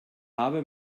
habe